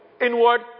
inward